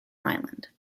island